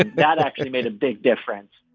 that actually made a big difference